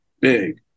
Big